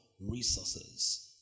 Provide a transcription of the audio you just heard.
resources